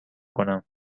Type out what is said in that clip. کنم